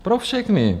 Pro všechny.